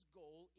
goal